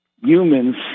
humans